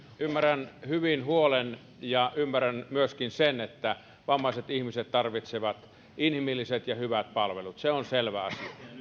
ymmärrän hyvin huolen ja ymmärrän myöskin sen että vammaiset ihmiset tarvitsevat inhimilliset ja hyvät palvelut se on selvä asia